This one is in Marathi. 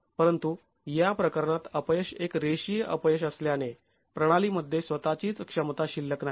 परंतु या प्रकरणात अपयश एक रेषीय अपयश असल्याने प्रणालीमध्ये स्वतःचीच क्षमता शिल्लक नाही